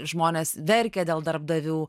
žmonės verkia dėl darbdavių